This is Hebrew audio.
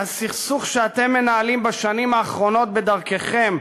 הסכסוך שאתם מנהלים בשנים האחרונות בדרככם,